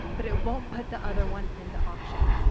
but it won't put the other one in the auction.